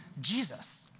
Jesus